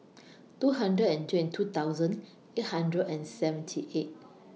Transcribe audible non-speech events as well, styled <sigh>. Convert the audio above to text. <noise> two hundred and twenty two thousand eight hundred and seventy eight